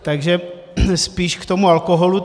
Takže spíš k tomu alkoholu.